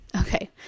Okay